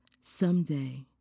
Someday